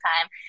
time